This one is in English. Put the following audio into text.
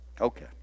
Okay